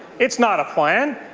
it's not a plan.